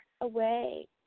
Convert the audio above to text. away